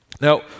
Now